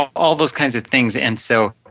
all those kinds of things and so,